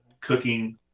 cooking